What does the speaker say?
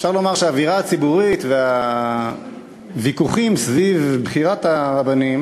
אפשר לומר שהאווירה הציבורית והוויכוחים סביב בחירת הרבנים